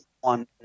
one